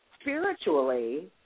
spiritually